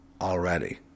already